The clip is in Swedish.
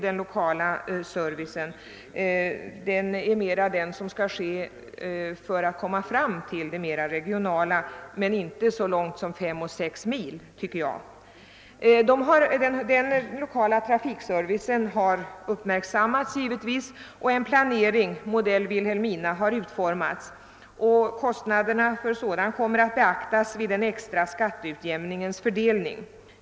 Den lokala trafikservicen har givetvis uppmärksammats och en planering »Modell Vilhelmina» har utformats. Kostnaderna för en sådan kommer att beaktas vid den extra skatteutjämningens fördelning.